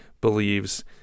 believes